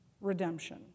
redemption